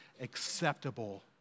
acceptable